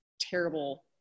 terrible